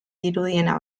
dirudiena